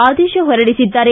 ಆದೇಶ ಹೊರಡಿಸಿದ್ದಾರೆ